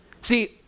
See